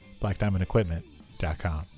blackdiamondequipment.com